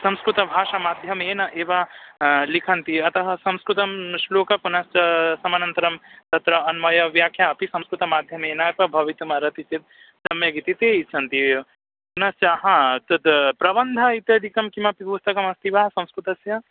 संस्कृतभाषामाध्यमेन एव लिखन्ति अतः संस्कृतं न श्लोकं पुनश्च समनन्तरं तत्र अन्वयव्याख्या अपि संस्कृतमाध्यमेन अपि भवितुम् अर्हति चेत् सम्यगितिति सन्ति एव पुनश्च हा तत् प्रबन्धः इत्यादिकमपि पुस्तकं अस्ति वा संस्कृतस्य